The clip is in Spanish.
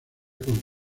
con